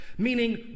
Meaning